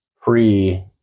pre